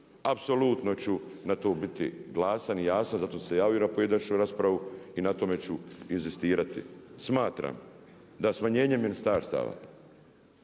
Apsolutno ću na to biti glasan i jasan, zato sam se i javio na pojedinačnu raspravu i na tome ću inzistirati. Smatram da smanjenje ministarstava